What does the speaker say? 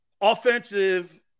offensive